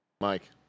Mike